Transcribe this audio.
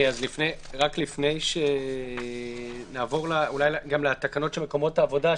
רק לפני שנעבור לתקנות של מקומות העבודה,